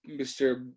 Mr